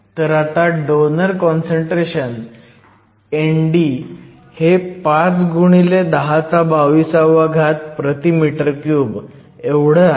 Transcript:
तर आता donor concentration हे ND हे 5 x 1022 m 3 एवढं आहे